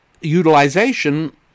utilization